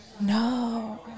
No